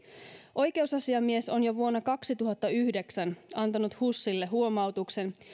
oikeusasiamies on jo vuonna kaksituhattayhdeksän antanut husille huomautuksen